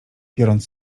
biorąc